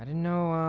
and no